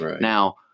Now